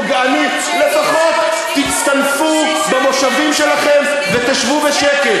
פוגעני, לפחות תצטנפו במושבים שלכם ותשבו בשקט.